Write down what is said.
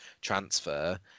transfer